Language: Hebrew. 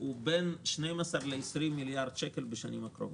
הוא בין 12 ל-20 מיליארד שקל בשנים הקרובות,